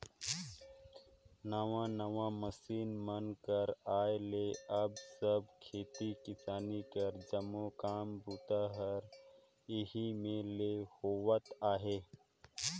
नावा नावा मसीन मन कर आए ले अब सब खेती किसानी कर जम्मो काम बूता हर एही मे ले होवत अहे